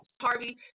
Harvey